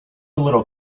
little